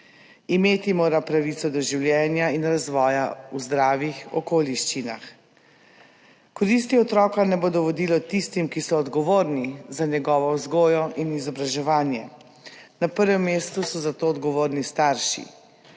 Imeti mora pravico do življenja in razvoja v zdravih okoliščinah. Koristi otroka naj bodo vodilo tistim, ki so odgovorni za njegovo vzgojo in izobraževanje. Na prvem mestu so za to odgovorni starši